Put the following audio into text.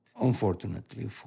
unfortunately